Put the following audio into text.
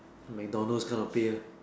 McDonald's kind of pay ah